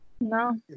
No